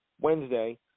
Wednesday